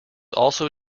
also